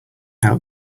out